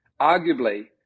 arguably